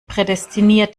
prädestiniert